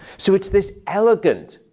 so it's this elegant,